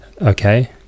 okay